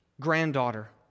granddaughter